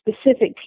specific